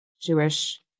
Jewish